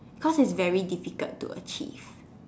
cause it's very difficult to achieve